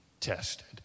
tested